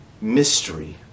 mystery